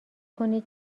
کنید